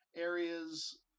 areas